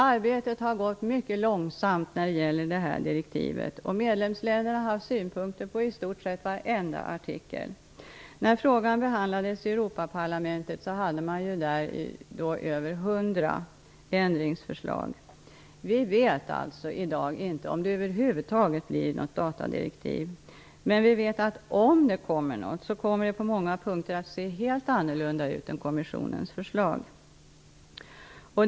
Arbetet med direktivet har gått mycket långsamt, och medlemsländerna har synpunkter på i stort sett varenda artikel. När frågan behandlades i Europaparlamentet fanns det över 100 ändringsförslag. Vi vet alltså inte i dag om det över huvud taget kommer något datadirektiv. Men om det kommer något vet vi att det på många punkter kommer att se helt annorlunda ut än kommissionens förslag.